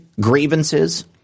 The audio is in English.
grievances